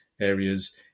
areas